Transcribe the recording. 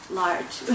large